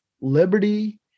liberty